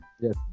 yes